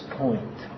point